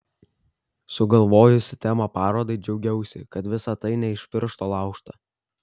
sugalvojusi temą parodai džiaugiausi kad visa tai ne iš piršto laužta